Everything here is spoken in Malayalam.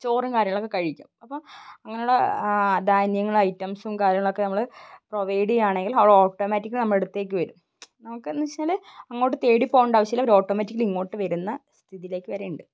ചോറും കാര്യങ്ങളൊക്കെ കഴിക്കും അപ്പം അങ്ങനെയുള്ള ധാന്യങ്ങൾ ഐറ്റംസും കാര്യങ്ങളൊക്കെ നമ്മൾ പ്രൊവൈഡ് ചെയ്യുകയാണെങ്കിൽ അവ ഓട്ടോമാറ്റിക്കിലി നമ്മളെ അടുത്തേക്ക് വരും നമുക്ക് എന്നു വച്ചു കഴിഞ്ഞാൽ അങ്ങോട്ട് തേടി പോവേണ്ട ആവശ്യമില്ല അവർ ഓട്ടൊമാറ്റിക്കെലി ഇങ്ങോട്ട് വരുന്ന സ്ഥിതിയിലേക്ക് വരെ ഉണ്ട്